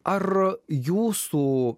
ar jūsų